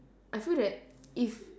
I feel that if